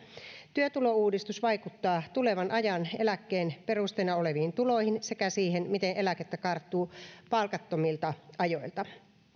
työtulouudistus vaikuttaa tulevan ajan eläkkeen perusteena oleviin tuloihin sekä siihen miten eläkettä karttuu palkattomilta ajoilta